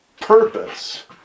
purpose